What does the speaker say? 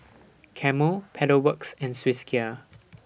Camel Pedal Works and Swissgear